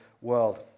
world